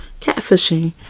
Catfishing